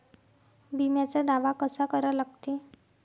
बिम्याचा दावा कसा करा लागते?